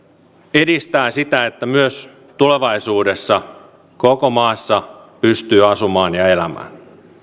edistää sitä että myös tulevaisuudessa koko maassa pystyy asumaan ja elämään